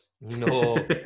No